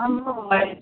हम घुमबै